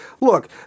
Look